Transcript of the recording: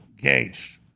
Gates